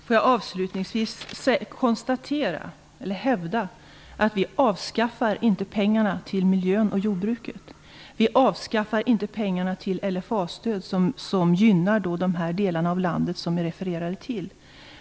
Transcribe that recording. Herr talman! Får jag avslutningsvis hävda att vi inte avskaffar pengarna till miljön och jordbruket. Vi avskaffar inte pengarna till LFA-stöd, som gynnar de delar av landet som vi har refererat till.